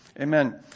Amen